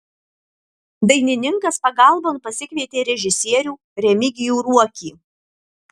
dainininkas pagalbon pasikvietė režisierių remigijų ruokį